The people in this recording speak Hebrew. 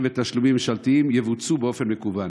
ותשלומים ממשלתיים יבוצעו באופן מקוון.